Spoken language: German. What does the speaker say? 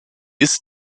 ist